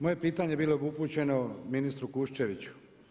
Moje pitanje bilo bi upućeno ministru Kuščeviću.